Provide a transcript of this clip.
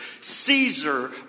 Caesar